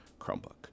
Chromebook